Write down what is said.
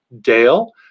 Dale